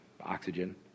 oxygen